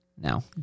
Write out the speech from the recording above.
No